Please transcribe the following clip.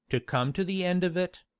to come to the end of it,